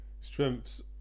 strengths